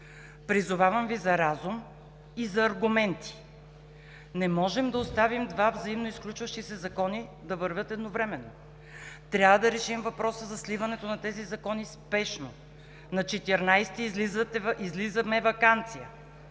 Призовавам Ви за разум и за аргументи. Не можем да оставим два взаимоизключващи се закона да вървят едновременно. Трябва да решим спешно въпроса за сливането на тези закони. На 14-и излизаме във ваканция,